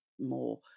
more